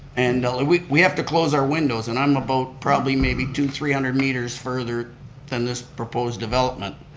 and ah we we have to close our windows, and i'm about probably maybe two three hundred meters further than this proposed development.